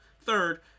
Third